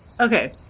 Okay